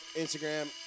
Instagram